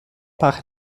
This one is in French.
par